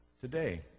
today